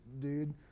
dude